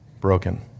broken